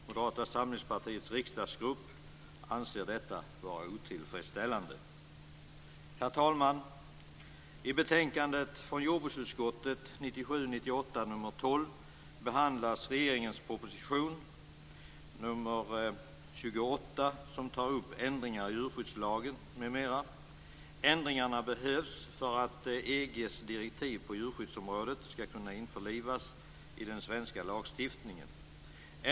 Moderata samlingspartiets riksdagsgrupp anser detta vara otillfredsställande. Herr talman! I jordbruksutskottets betänkande 1997/98:12 behandlas regeringens proposition nr 28, som tar upp ändringar i djurskyddslagen m.m. Ändringarna behövs för att EG:s direktiv på djurskyddsområdet skall kunna införlivas i den svenska lagstiftningen.